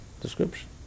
description